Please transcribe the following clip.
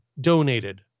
donated